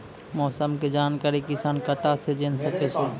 मौसम के जानकारी किसान कता सं जेन सके छै?